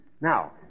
Now